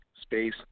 space